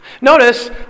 Notice